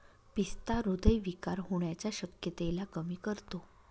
पिस्ता हृदय विकार होण्याच्या शक्यतेला कमी करतो